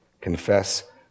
Confess